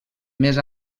més